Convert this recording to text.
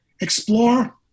explore